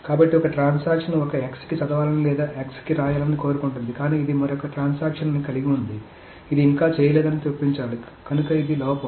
కాబట్టి ఒక ట్రాన్సాక్షన్ ఒక x కి చదవాలని లేదా x కి వ్రాయాలని కోరుకుంటుంది కానీ ఇది మరొక ట్రాన్సాక్షన్ ని కలిగి ఉంది ఇది ఇంకా చేయలేదని చొప్పించాలి కనుక ఇది లోపం